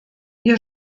ihr